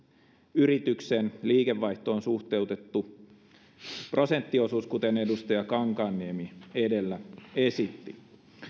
yrityksen liikevaihtoon suhteutettu prosenttiosuus kuten edustaja kankaanniemi edellä esitti